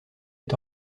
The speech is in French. est